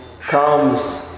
comes